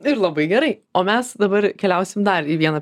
ir labai gerai o mes dabar keliausim dar į vieną